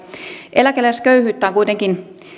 eläkeläisköyhyyttä on kuitenkin